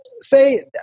say